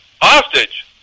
hostage